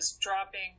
dropping